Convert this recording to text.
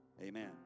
Amen